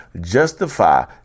justify